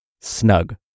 Snug